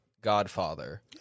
godfather